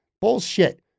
bullshit